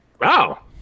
Wow